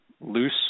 loose